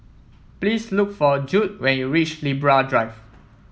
please look for Judd when you reach Libra Drive